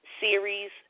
series